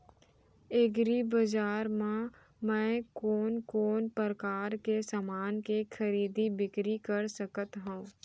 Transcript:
एग्रीबजार मा मैं कोन कोन परकार के समान के खरीदी बिक्री कर सकत हव?